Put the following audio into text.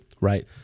right